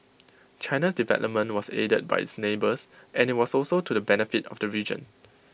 China's development was aided by its neighbours and IT was also to the benefit of the region